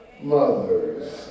mothers